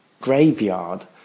graveyard